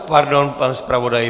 Pardon, pane zpravodaji.